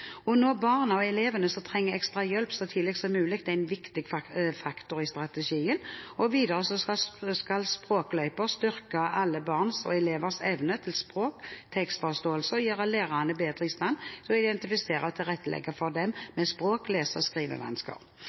barna og elevene som trenger ekstra hjelp, så tidlig som mulig er en viktig faktor i strategien. Videre skal Språkløyper styrke alle barns og elevers evne til språk- og tekstforståelse og gjøre lærerne bedre i stand til å identifisere og tilrettelegge for dem med språk-, lese-